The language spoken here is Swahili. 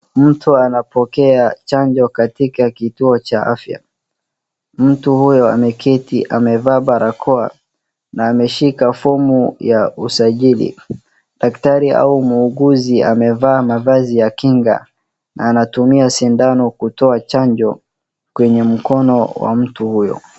Mtu anapokea chanjo katika kituo cha afya. Mtu huyo ameketi amevaa barakoa na ameshika fomu ya usajili. Daktari au muuguzi amevaa mavazi ya kinga na anatumia sindano kutoa chanjo kwenye mkono wa mtu huyo.